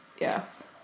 yes